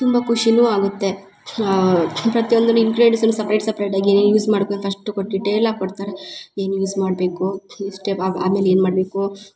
ತುಂಬ ಖುಷಿನು ಆಗುತ್ತೆ ಪ್ರತಿಯೊಂದನ್ನು ಇಂಕ್ರಿಡಿಯನ್ಸ್ನ್ನು ಸಪ್ರೇಟ್ ಸಪ್ರೇಟ್ ಆಗೀನೆ ಯೂಝ್ ಫಸ್ಟು ಕೊಟ್ಟು ಡಿಟೇಲ್ ಆಗಿ ಕೊಡ್ತಾರೆ ಏನು ಯೂಝ್ ಮಾಡಬೇಕು ಈ ಸ್ಟೆಪ್ ಆಗಿ ಆಮೇಲೆ ಏನು ಮಾಡಬೇಕು